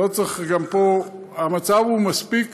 המצב מספיק